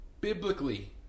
Biblically